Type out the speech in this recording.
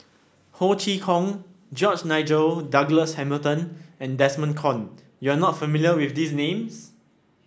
Ho Chee Kong George Nigel Douglas Hamilton and Desmond Kon you are not familiar with these names